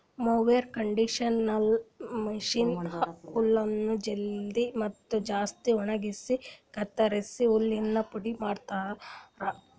mower conditioner machine ಹುಲ್ಲನ್ನು ಜಲ್ದಿ ಮತ್ತ ಜಾಸ್ತಿ ಒಣಗುಸಿ ಕತ್ತುರಸಿದ ಹುಲ್ಲಿಂದ ಪುಡಿ ಮಾಡ್ತುದ